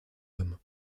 homme